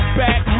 back